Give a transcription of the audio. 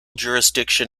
jurisdiction